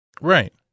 Right